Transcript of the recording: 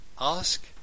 ask